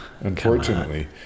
Unfortunately